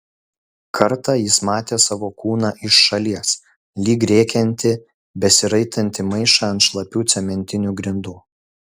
kartą jis matė savo kūną iš šalies lyg rėkiantį besiraitantį maišą ant šlapių cementinių grindų